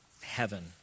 heaven